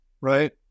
Right